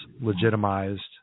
legitimized